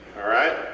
alright.